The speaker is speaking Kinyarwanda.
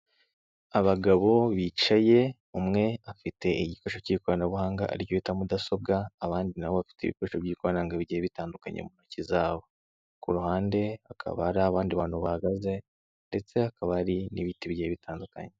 Abagabo bicaye umwe afite igikoresho cy'ikoranabuhanga ari cyo bita mudasobwa, abandi nabo bafite ibikoresho by'ikoranahangaga bigiye bitandukanye mu ntoki zabo, ku ruhande hakaba hari abandi bantu bahagaze ndetse hakaba hari n'ibiti bigiye bitandukanye